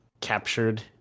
captured